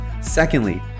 Secondly